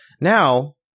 Now